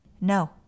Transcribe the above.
No